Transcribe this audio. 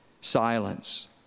silence